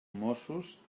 mossos